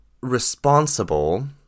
responsible